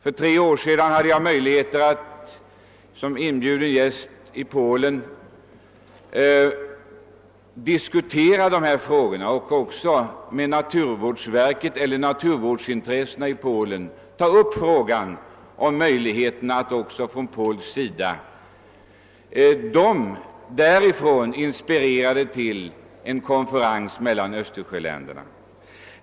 För tre år sedan hade jag möjlighet att som inbjuden gäst i Polen diskutera de här frågorna med dem som där intresserade sig för naturvård. Därifrån inspirerade man till en konferens mellan Östersjöländerna.